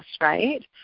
right